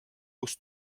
uus